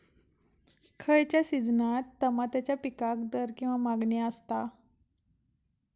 खयच्या सिजनात तमात्याच्या पीकाक दर किंवा मागणी आसता?